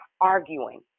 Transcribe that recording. arguing